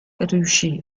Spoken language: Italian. riuscì